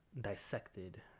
dissected